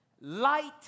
Light